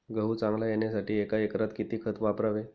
गहू चांगला येण्यासाठी एका एकरात किती खत वापरावे?